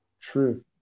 True